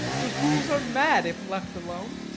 the fools are mad if left alone.